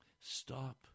Stop